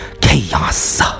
chaos